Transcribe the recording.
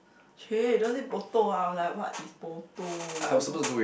chey don't say poto I was like what is poto